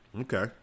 okay